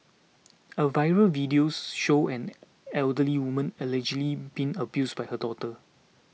a viral video show an elderly woman allegedly being abused by her daughter